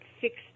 fixed